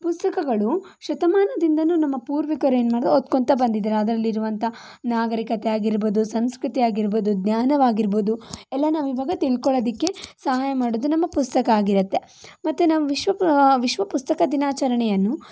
ಪುಸ್ತಕಗಳು ಶತಮಾನದಿಂದಲೂ ನಮ್ಮ ಪೂರ್ವಿಕರು ಏನ್ಮಾಡ್ತಿದ್ದರು ಓದ್ಕೊಳ್ತ ಬಂದಿದ್ದಾರೆ ಅದರಲ್ಲಿರುವಂಥ ನಾಗರಿಕತೆ ಆಗಿರ್ಬೋದು ಸಂಸ್ಕೃತಿ ಆಗಿರ್ಬೋದು ಜ್ಞಾನವಾಗಿರ್ಬೋದು ಎಲ್ಲ ನಾವು ಇವಾಗ ತಿಳ್ಕೋಳ್ಳೋದಕ್ಕೆ ಸಹಾಯ ಮಾಡೋದು ನಮ್ಮ ಪುಸ್ತಕ ಆಗಿರುತ್ತೆ ಮತ್ತೆ ನಮ್ಮ ವಿಶ್ವ ವಿಶ್ವ ಪುಸ್ತಕ ದಿನಾಚರಣೆಯನ್ನು